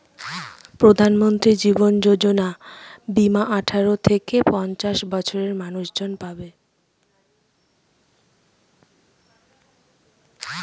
প্রধানমন্ত্রী জীবন যোজনা বীমা আঠারো থেকে পঞ্চাশ বছরের মানুষজন পাবে